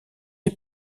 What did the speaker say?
est